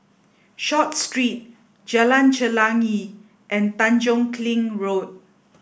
Short Street Jalan Chelagi and Tanjong Kling Road